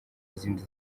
izindi